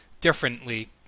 differently